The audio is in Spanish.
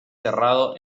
cerrado